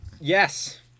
Yes